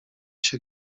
się